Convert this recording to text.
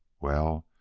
well,